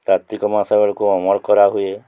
କାର୍ତ୍ତିକ ମାସ ବେଳକୁ ଅମଳ କରା ହୁଏ